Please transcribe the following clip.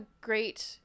great